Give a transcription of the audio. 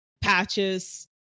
patches